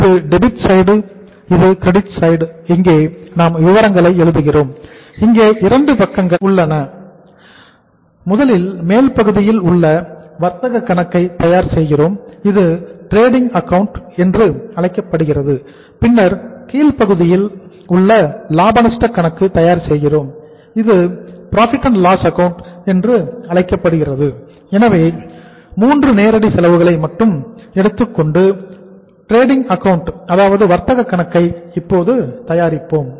இது debit side அதாவது வர்த்தக கணக்கை இப்போது தயாரிப்போம்